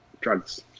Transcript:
drugs